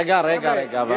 רגע, רגע, אבל,